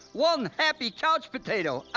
one happy couch potato.